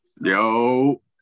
Yo